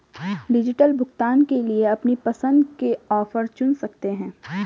digital भुगतान के लिए अपनी पसंद के ऑफर चुन सकते है